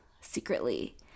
secretly